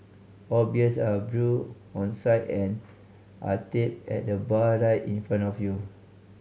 all beers are brewed on site and are tapped at the bar right in front of you